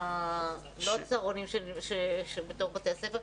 לא צהרונים שבתוך בתי הספר.